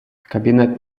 кабінет